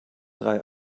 drei